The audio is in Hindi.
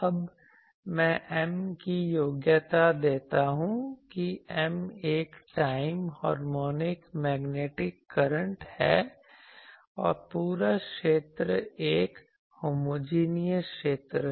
अब मैं M की योग्यता देता हूं कि M एक टाइम हार्मोनिक मैग्नेटिक करंट है और पूरा क्षेत्र एक होमोजीनियस क्षेत्र है